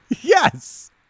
Yes